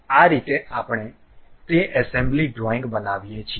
આ રીતે આપણે તે એસેમ્બલી ડ્રોઇંગ બનાવીએ છીએ